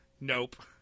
Nope